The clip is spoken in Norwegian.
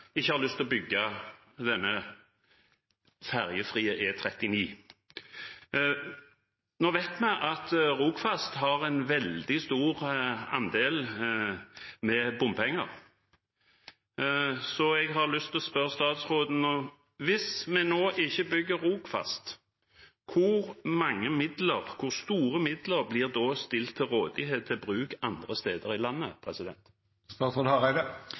ikke har lyst til å bygge denne ferjefrie E39. Nå vet vi at Rogfast har en veldig stor andel med bompenger, så jeg har lyst til å spørre statsråden: Hvis vi nå ikke bygger Rogfast, hvor store midler blir da stilt til rådighet til bruk andre steder i landet?